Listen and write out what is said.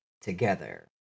together